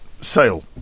Sale